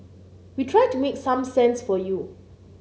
we try to make some sense for you